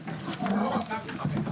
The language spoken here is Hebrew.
הישיבה ננעלה בשעה